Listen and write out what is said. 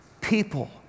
people